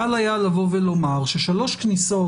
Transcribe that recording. קל היה לבוא ולומר ששלוש כניסות,